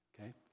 Okay